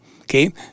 okay